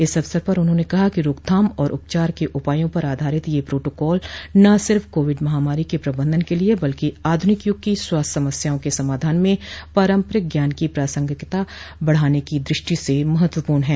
इस अवसर पर उन्होंने कहा कि रोकथाम और उपचार के उपायों पर आधारित यह प्रोटोकॉल न सिर्फ कोविड महामारी के प्रबंधन के लिए बल्कि आधुनिक युग की स्वास्थ्य समस्याओं के समाधान में पारम्पारिक ज्ञान की प्रासंगिकता बढाने की द्रष्टि से महत्वपूर्ण है